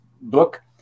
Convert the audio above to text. book